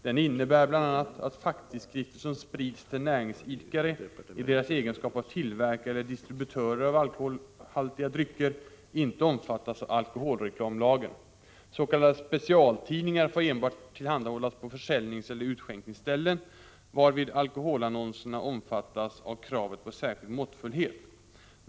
Den innebär bl.a. att facktidskrifter som sprids till näringsidkare i deras egenskap av tillverkare eller distributörer av alkoholhaltiga drycker inte omfattas av alkoholreklamlagen. S. k. specialtidningar får enbart tillhandahållas på försäljningseller utskänkningsställen, varvid alkoholannonserna omfattas av kravet på särskild måttfullhet.